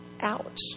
Ouch